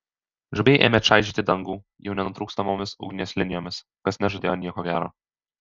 žaibai ėmė čaižyti dangų jau nenutrūkstamomis ugnies linijomis kas nežadėjo nieko gero